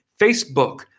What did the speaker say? Facebook